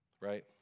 right